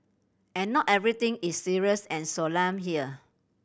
and not everything is serious and solemn here